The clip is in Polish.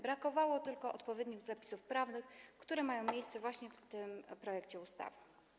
Brakowało tylko odpowiednich zapisów prawnych, które znajdują się właśnie w tym projekcie ustawy.